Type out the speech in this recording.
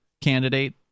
candidate